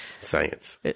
Science